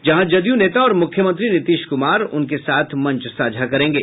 जहां जदयू नेता और मुख्यमंत्री नीतीश कुमार उनके साथ मंच साझा करेंगे